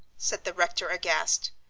said the rector, aghast.